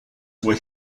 were